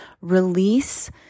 release